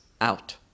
out